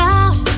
out